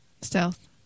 Stealth